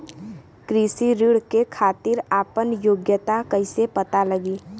कृषि ऋण के खातिर आपन योग्यता कईसे पता लगी?